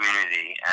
community